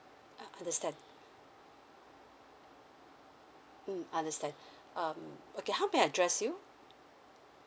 ah understand mm understand um okay how may I address you